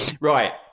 right